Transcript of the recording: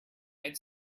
made